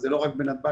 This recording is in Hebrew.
זה לא רק בנתב"ג,